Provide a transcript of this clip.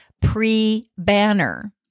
pre-banner